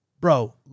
bro